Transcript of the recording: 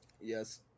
Yes